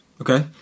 okay